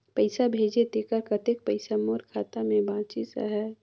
पइसा भेजे तेकर कतेक पइसा मोर खाता मे बाचिस आहाय?